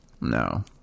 No